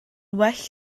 well